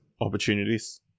Opportunities